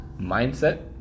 mindset